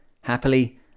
Happily